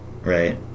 Right